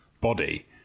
body